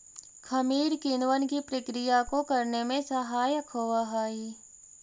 खमीर किणवन की प्रक्रिया को करने में सहायक होवअ हई